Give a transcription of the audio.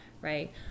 right